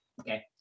Okay